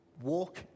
walk